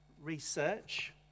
research